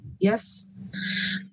yes